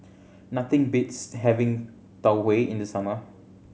nothing beats having Tau Huay in the summer